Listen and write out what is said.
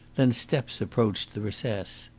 then steps approached the recess.